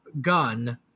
gun